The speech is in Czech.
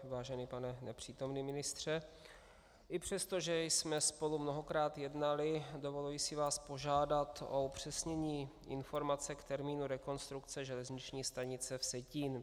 Vážený pane nepřítomný ministře, i přesto, že jsme spolu mnohokrát jednali, dovoluji si vás požádat o upřesnění informace k termínu rekonstrukce železniční stanice Vsetín.